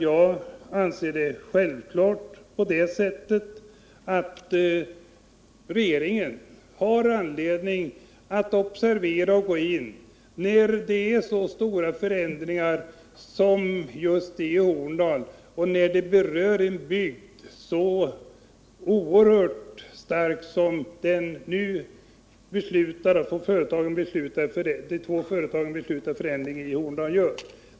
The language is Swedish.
Jag anser det självklart att regeringen har anledning att observera utvecklingen och gå in när det är så stora förändringar som i Horndal och när det berör en bygd så oerhört starkt som den nu av de två företagen beslutade förändringen i Horndal gör.